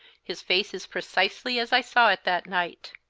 his face is precisely as i saw it that night.